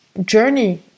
journey